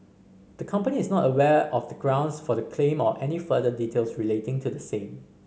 the company is not aware of the grounds for the claim or any further details relating to the same